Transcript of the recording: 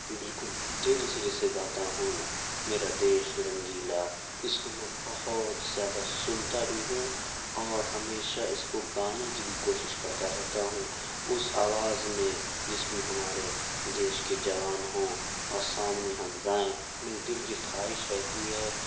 بالکل دل سے جسے گاتا ہوں میرا دیش رنگیلا اس کو میں بہت زیادہ سنتا بھی ہوں اور ہمیشہ اس کو گانے کی بھی کوشش کرتا رہتا ہوں اس آواز میں جس میں ہمارے دیش کے جوان ہوں اور سامنے ہم گائیں میرے دل کی خواہش رہتی ہے